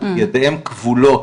ידיהם כבולות,